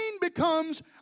becomes